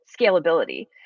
scalability